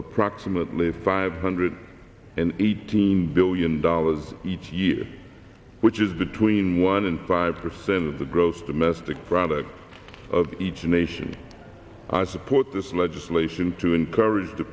approximately five hundred and eighteen billion dollars each year which is between one and five percent of the gross domestic product of each nation i support this legislation to encourage the